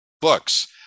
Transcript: books